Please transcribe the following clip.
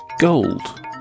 gold